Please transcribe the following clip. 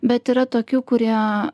bet yra tokių kurie